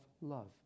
love